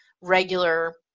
regular